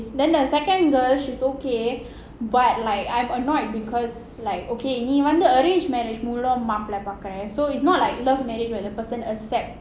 then the second girl she's okay but like I'm annoyed because like okay he want a arrange marriage நீ வந்து:nee vandhu so it's not like love marriage where the person accept